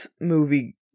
movie